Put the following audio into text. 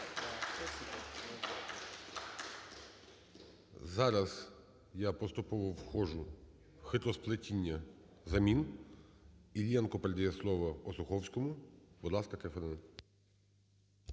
Зараз я поступово входжу в хитросплетіння замін. Іллєнко передає словоОсуховському.